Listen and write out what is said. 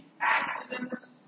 Accidents